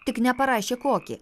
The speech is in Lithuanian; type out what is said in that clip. tik neparašė kokį